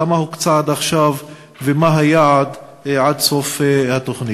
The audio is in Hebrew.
כמה הוקצה עד עכשיו ומה היעד עד סוף התוכנית.